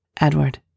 Edward